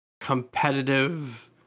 competitive